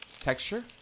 texture